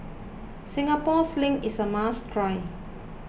Singapore Sling is a must try